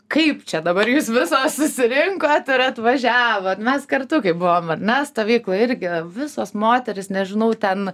kaip čia dabar jūs visos susirinkot ir atvažiavot mes kartu kaip buvome mes stovykloj irgi visos moterys nežinau ten